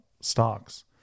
stocks